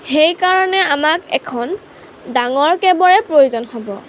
সেইকাৰণে আমাক এখন ডাঙৰ কেবৰে প্ৰয়োজন হ'ব